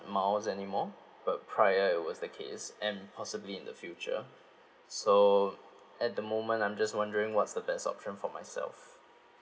miles was anymore but prior it was the case and possibly in the future so at the moment I'm just wondering what's the best option for myself